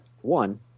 One